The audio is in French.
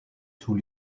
tous